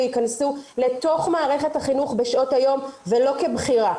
ייכנסו לתוך מערכת החינוך בשעות היום ולא כבחירה.